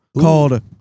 called